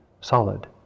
solid